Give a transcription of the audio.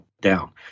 down